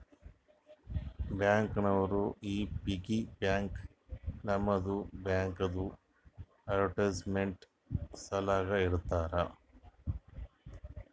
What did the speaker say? bank ನವರು ಈ piggy bank ತಮ್ಮದು ಬ್ಯಾಂಕ್ದು ಅಡ್ವರ್ಟೈಸ್ಮೆಂಟ್ ಸಲಾಕ ಇಡ್ತಾರ